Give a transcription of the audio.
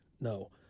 No